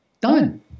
done